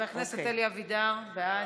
אלי אבידר, בעד.